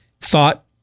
thought